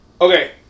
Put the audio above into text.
Okay